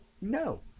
No